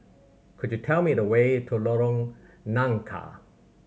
could you tell me the way to Lorong Nangka